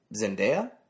Zendaya